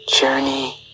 journey